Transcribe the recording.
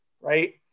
right